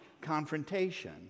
confrontation